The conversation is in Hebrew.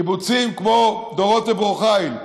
קיבוצים כמו דורות וברור חיל,